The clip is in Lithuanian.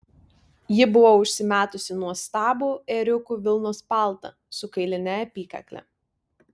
ji buvo užsimetusi nuostabų ėriukų vilnos paltą su kailine apykakle